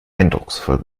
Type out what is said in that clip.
eindrucksvoll